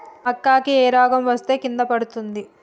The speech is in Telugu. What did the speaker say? మక్కా కి ఏ రోగం వస్తే కింద పడుతుంది?